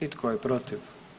I tko je protiv?